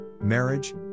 marriage